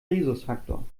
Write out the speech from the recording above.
rhesusfaktor